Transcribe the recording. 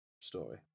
story